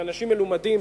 והם הרי אנשים מלומדים,